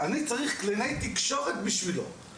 אני צריך קלינאית תקשורת בשבילו,